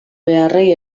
beharrei